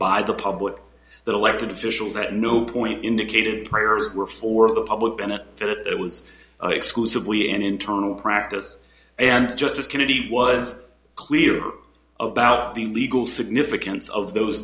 by the public that elected officials at no point indicated prayers were for the public and that it was exclusively an internal practice and justice kennedy was clear about the legal significance of those